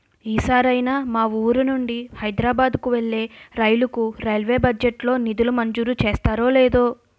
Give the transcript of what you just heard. ఈ సారైనా మా వూరు నుండి హైదరబాద్ కు వెళ్ళే రైలుకు రైల్వే బడ్జెట్ లో నిధులు మంజూరు చేస్తారో లేదో